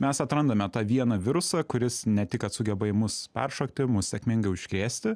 mes atrandame tą vieną virusą kuris ne tik kad sugeba į mus peršokti mus sėkmingai užkrėsti